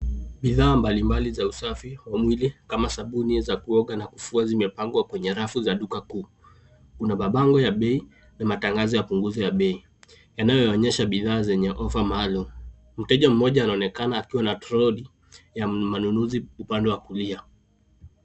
Bidhaa mbalimbali za usafi wa mwili kama sabuni za kuoga na kufua zimepangwa kwenye rafu za duka kuu. Kuna mabango ya bei, na matangazo ya punguzo ya bei, yanayoonyesha bidhaa zenye offer maalum. Mteja mmoja anaonekana akiwa na troli ya manunuzi upande wa kulia.